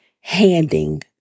Handing